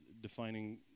defining